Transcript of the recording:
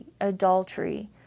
adultery